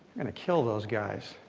and kill those guys.